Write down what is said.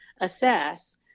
assess